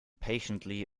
patiently